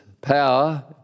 power